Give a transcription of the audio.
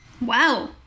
Wow